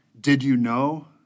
did-you-know